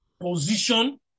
Position